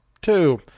two